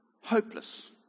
Hopeless